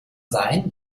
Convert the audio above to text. sein